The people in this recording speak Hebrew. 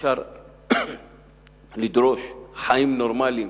אי-אפשר לדרוש חיים נורמליים